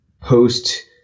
post